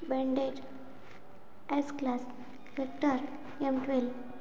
Benz S class vector M twelve